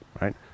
Right